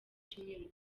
cyumweru